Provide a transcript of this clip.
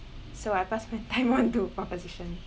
so I pass my time on to opposition